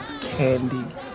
candy